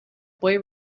boy